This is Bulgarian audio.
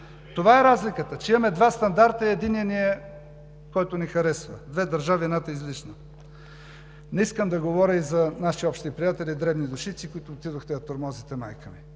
Това е разликата, че имаме два стандарта и единият е, който ни харесва. Две държави – едната е излишна. Не искам да говоря и за наши общи приятели, дребни душици, които отидохте да тормозите майка ми.